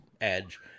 Edge